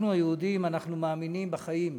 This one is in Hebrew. אנחנו, היהודים, אנחנו מאמינים בחיים.